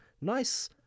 nice